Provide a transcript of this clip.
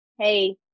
Hey